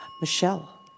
Michelle